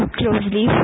closely